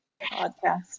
Podcast